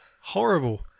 Horrible